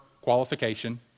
qualification